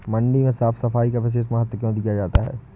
मंडी में साफ सफाई का विशेष महत्व क्यो दिया जाता है?